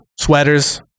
sweaters